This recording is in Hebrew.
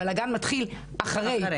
הבלגאן מתחיל אחרי.